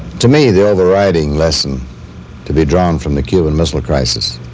to me the overriding lesson to be drawn from the cuban missile crisis